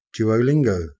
Duolingo